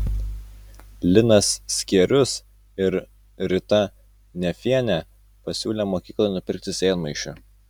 linas skierius ir rita nefienė pasiūlė mokyklai nupirkti sėdmaišių